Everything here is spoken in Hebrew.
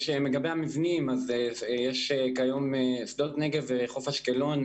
לגבי המבנים היום בונים בשדות נגב וחוף אשקלון